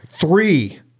three